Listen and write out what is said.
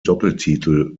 doppeltitel